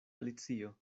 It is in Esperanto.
alicio